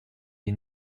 est